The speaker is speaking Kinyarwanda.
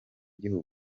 gihugu